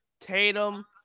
Tatum